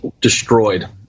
destroyed